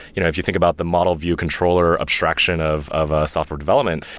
you know if you think about the model-view-controller abstraction of of a software development,